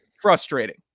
Frustrating